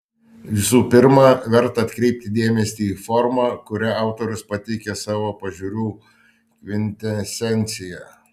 visų pirma verta atkreipti dėmesį į formą kuria autorius pateikia savo pažiūrų kvintesenciją